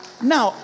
Now